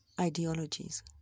ideologies